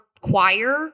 choir